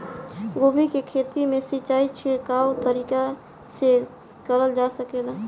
गोभी के खेती में सिचाई छिड़काव तरीका से क़रल जा सकेला?